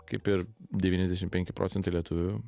kaip ir devyniasdešim penki procentai lietuvių